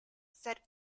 said